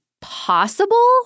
possible